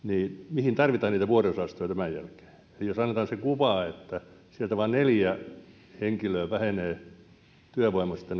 mihin tarvitaan niitä vuodeosastoja tämän jälkeen jos annetaan se kuva että sieltä vain neljä henkilöä vähenee työvoimasta